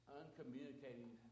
uncommunicating